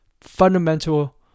fundamental